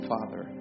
Father